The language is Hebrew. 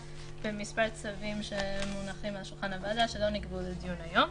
במספר צווים שמונחים על שולחן הוועדה שלא נקבעו לדיון היום.